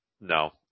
no